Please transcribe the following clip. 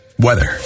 weather